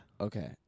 Okay